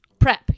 prep